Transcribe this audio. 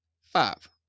Five